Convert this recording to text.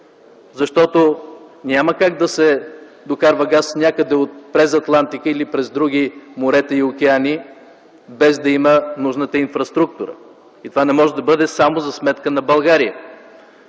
Защото няма как да се докарва газ някъде през Атлантика или през други морета и океани без да има нужната инфраструктура и това не може да бъде само за сметка на България.